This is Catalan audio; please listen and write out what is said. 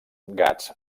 gats